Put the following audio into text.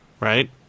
right